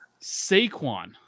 Saquon